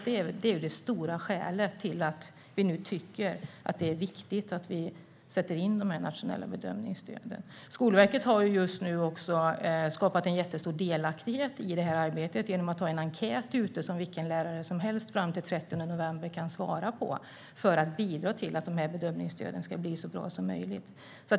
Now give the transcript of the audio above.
Det är det stora skälet till att vi nu tycker att det är viktigt att sätta in de nationella bedömningsstöden. Skolverket har också skapat en jättestor delaktighet i detta arbete genom att ha en enkät ute som vilken lärare som helst kan svara på fram till den 30 november, för att bidra till att bedömningsstöden ska bli så bra som möjligt.